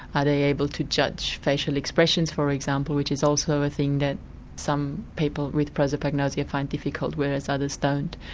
are they able to judge facial expressions, for example which is also a thing that some people with prosopagnosia find difficult, whereas others don't.